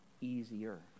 easier